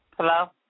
Hello